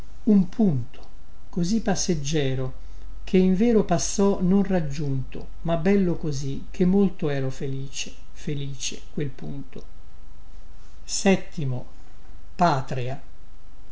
un punto così passeggero che in vero passò non raggiunto ma bello così che molto ero felice felice quel punto